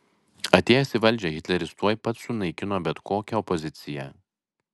atėjęs į valdžią hitleris tuoj pat sunaikino bet kokią opoziciją